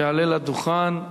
שיעלה לדוכן.